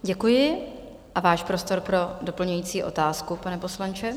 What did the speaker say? Děkuji a váš prostor pro doplňující otázku, pane poslanče.